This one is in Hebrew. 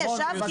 נפגשתי